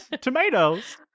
tomatoes